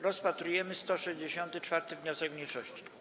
Rozpatrujemy 167. wniosek mniejszości.